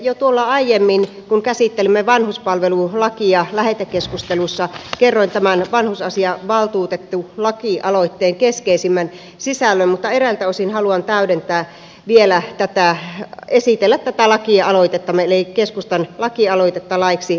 jo tuolla aiemmin kun käsittelimme vanhuspalvelulakia lähetekeskustelussa kerroin tämän vanhusasiavaltuutettulakialoitteen keskeisimmän sisällön mutta eräiltä osin haluan täydentää vielä tätä esitellä tätä keskustan lakialoitetta laiksi vanhusasiavaltuutetusta